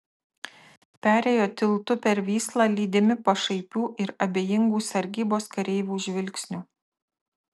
perėjo tiltu per vyslą lydimi pašaipių ir abejingų sargybos kareivių žvilgsnių